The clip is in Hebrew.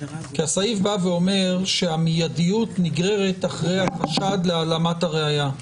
כי הסעיף בא ואומר שהמיידיות נגררת אחרי החשד להעלמת הראיה,